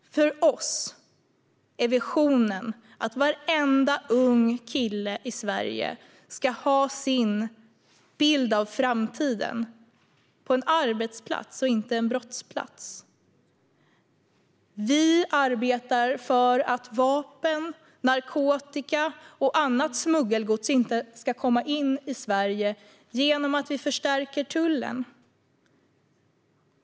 För oss är visionen att varenda ung kille i Sverige ska ha sin bild av framtiden på en arbetsplats och inte en brottsplats. Vi arbetar för att vapen, narkotika och annat smuggelgods inte ska komma in i Sverige, genom att vi förstärker tullen.